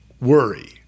worry